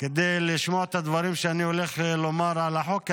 כדי לשמוע את הדברים שאני הולך לומר על החוק הזה.